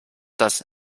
das